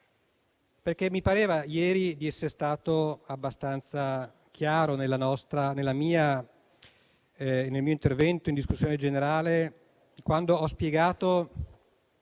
ieri mi pareva di essere stato abbastanza chiaro nel mio intervento in discussione generale, quando ho spiegato